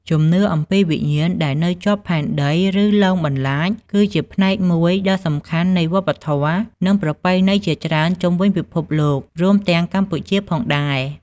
ជំនឿអំពីវិញ្ញាណដែលនៅជាប់ផែនដី ឬលងបន្លាច គឺជាផ្នែកមួយដ៏សំខាន់នៃវប្បធម៌ និងប្រពៃណីជាច្រើនជុំវិញពិភពលោក រួមទាំងកម្ពុជាផងដែរ។